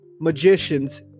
magicians